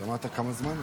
שמעת כמה זמן?